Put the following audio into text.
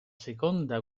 seconda